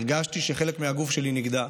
הרגשתי שחלק מהגוף שלי נגדע.